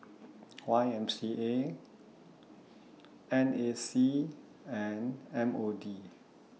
Y M C A N A C and M O D